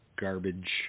garbage